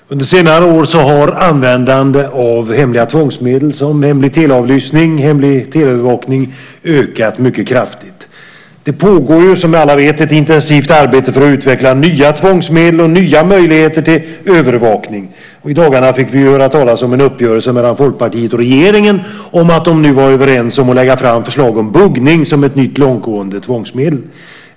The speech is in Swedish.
Fru talman! Under senare år har användandet av hemliga tvångsmedel, såsom hemlig teleavlyssning och hemlig tv-övervakning, ökat mycket kraftigt. Som alla vet pågår ett intensivt arbete för att utveckla nya tvångsmedel och nya möjligheter till övervakning. I dagarna fick vi höra talas om en uppgörelse mellan Folkpartiet och regeringen om att de nu var överens om att lägga fram förslag om buggning som ett nytt långtgående tvångsmedel.